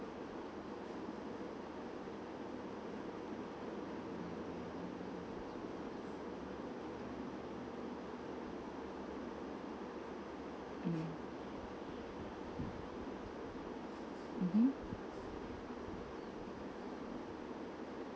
mm mmhmm